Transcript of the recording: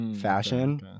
fashion